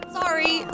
sorry